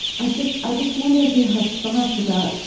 i just i just wonder if you have thoughts about,